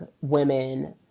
women